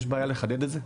יש בעיה לחדד את זה?